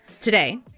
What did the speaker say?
Today